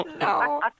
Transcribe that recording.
No